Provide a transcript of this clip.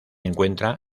encuentra